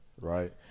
Right